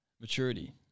maturity